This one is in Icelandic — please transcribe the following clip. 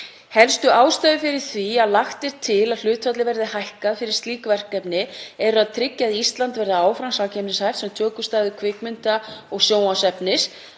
Helstu ástæður fyrir því að lagt er til að hlutfallið verði hækkað fyrir slík verkefni eru að tryggja að Ísland verði áfram samkeppnishæft sem tökustaður kvikmynda og sjónvarpsefnis,